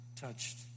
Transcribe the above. touched